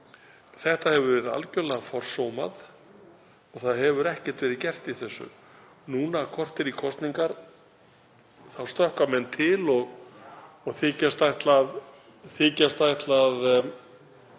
Þetta hefur verið algerlega forsómað og ekkert verið gert í því. Núna, korter í kosningar, stökkva menn til og þykjast ætla